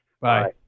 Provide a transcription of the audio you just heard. Bye